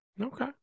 Okay